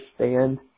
understand